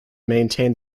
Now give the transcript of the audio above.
maintain